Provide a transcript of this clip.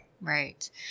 Right